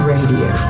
Radio